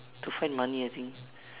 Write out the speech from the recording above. to find money I think